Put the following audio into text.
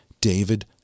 David